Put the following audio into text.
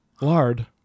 Lard